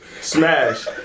smash